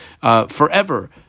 Forever